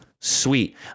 Sweet